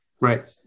Right